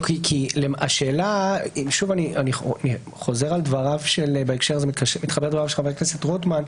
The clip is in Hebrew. שוב אני חוזר על דבריו של חבר הכנסת רוטמן,